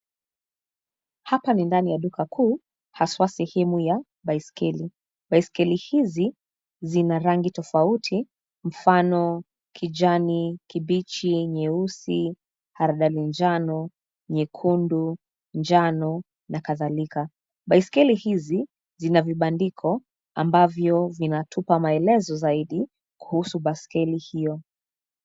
Hapa ni ndani ya dukakuu haswa sehemu ya baiskeli. Baiskeli hizi zina rangi tofauti mfano kijani, kibichi, nyeusi, alvaro-njano, nyekundu, njano na kadhalika. Baiskeli hizi zina vibandiko ambavyo vinatupa maelezo zaidi kuhusu baiskeli hiyo.